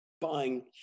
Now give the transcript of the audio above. buying